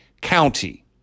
county